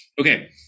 okay